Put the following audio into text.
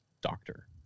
doctor